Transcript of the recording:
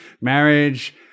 marriage